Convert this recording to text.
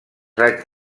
haig